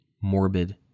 morbid